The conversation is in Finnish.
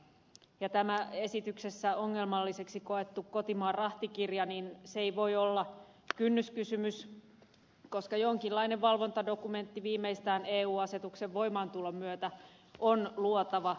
tämä esityksessä ongelmalliseksi koettu kotimaan rahtikirja ei voi olla kynnyskysymys koska jonkinlainen valvontadokumentti viimeistään eu asetuksen voimaantulon myötä on luotava